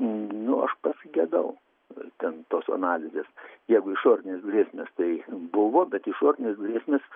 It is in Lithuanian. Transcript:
nu aš pasigedau ten tos analizės jeigu išorinės grėsmės tai buvo bet išorinės grėsmės